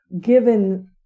Given